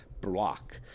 block